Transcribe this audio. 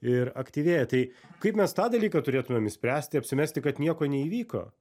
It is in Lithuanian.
ir aktyvėja tai kaip mes tą dalyką turėtumėm išspręsti apsimesti kad nieko neįvyko